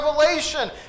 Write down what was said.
revelation